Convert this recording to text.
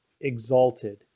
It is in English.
exalted